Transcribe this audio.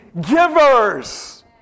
givers